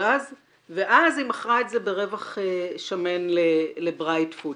ואז היא מכרה את זה ברווח שמן לברייט פוד.